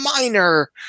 minor